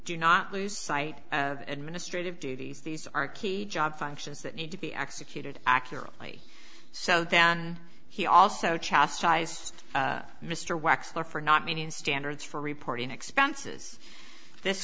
do not lose sight of administrative duties these are key job functions that need to be executed accurately so then he also chastised mr wexler for not meeting standards for reporting expenses this